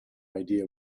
idea